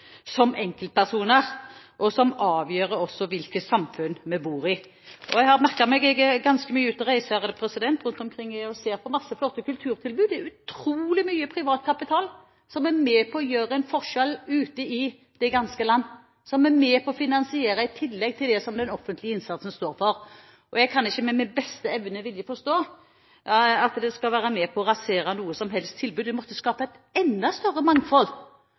som enkeltpersoner, som også avgjør hvilket samfunn vi bor i. Jeg er ganske mye ute og reiser rundt omkring og ser på mange flotte kulturtilbud, det er utrolig mye privat kapital som er med på å gjøre en forskjell ute i det ganske land, som er med på å finansiere et tillegg til det som den offentlige innsatsen står for, og jeg kan ikke med min beste evne og vilje forstå at det skal være med på å rasere noe som helst tilbud. Det måtte skape et enda større mangfold